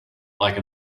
like